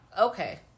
Okay